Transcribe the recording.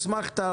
הוסמכת,